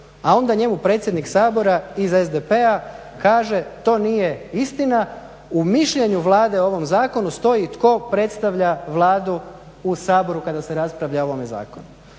a onda njemu predsjednik Sabora iz SDP-a kaže to nije istina, u mišljenju Vlade o ovom zakonu stoji tko predstavlja Vladu u Saboru kada se raspravlja o ovome zakonu.